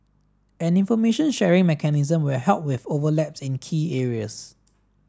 an information sharing mechanism will help with overlaps in key areas